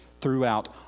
Throughout